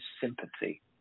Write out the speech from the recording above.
sympathy